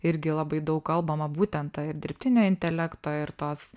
irgi labai daug kalbama būten ta ir dirbtinio intelekto ir tos